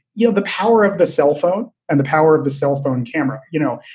you know the power of the cell phone and the power of the cell phone camera. you know,